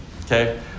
Okay